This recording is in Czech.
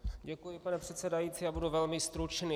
Děkuji, pane předsedající, já budu velmi stručný.